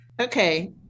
Okay